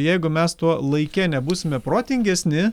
jeigu mes tuo laike nebūsime protingesni